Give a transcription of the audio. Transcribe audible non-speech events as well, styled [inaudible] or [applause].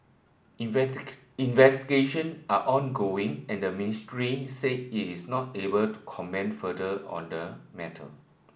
[unintelligible] investigation are ongoing and the ministry said it is not able to comment further on the matter